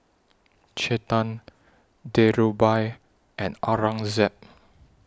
Chetan Dhirubhai and Aurangzeb